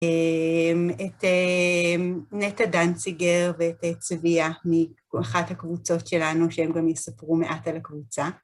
את נטע דנציגר ואת צביה מאחת הקבוצות שלנו, שהם גם יספרו מעט על הקבוצה.